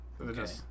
Okay